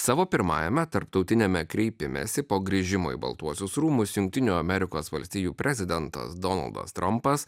savo pirmajame tarptautiniame kreipimesi po grįžimo į baltuosius rūmus jungtinių amerikos valstijų prezidentas donaldas trampas